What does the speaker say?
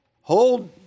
Hold